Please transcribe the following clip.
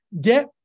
get